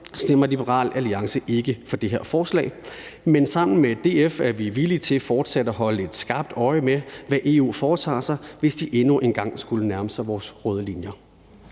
stemmer Liberal Alliance ikke for det her forslag. Men sammen med DF er vi villige til fortsat at holde et skarpt øje med, hvad EU foretager sig, hvis de endnu en gang skulle nærme sig vores røde linjer